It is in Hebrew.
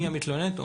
מי המתלוננת,